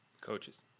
Coaches